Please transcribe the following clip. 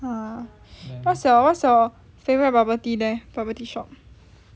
ah what's your what's your favourite bubble tea then bubble tea shop